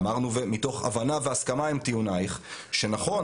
אמרנו מתוך הבנה והסכמה עם טיעונייך שנכון